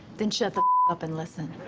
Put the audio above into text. then shut the up and listen.